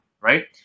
right